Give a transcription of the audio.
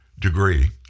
degree